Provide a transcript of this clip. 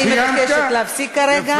אני מבקשת להפסיק כרגע.